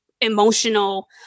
emotional